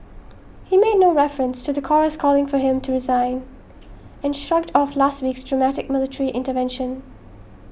he made no reference to the chorus calling for him to resign and shrugged off last week's dramatic military intervention